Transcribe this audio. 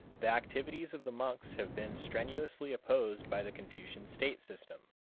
the activities of the monks have been strenuously opposed by the confucian state system.